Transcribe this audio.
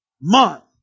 month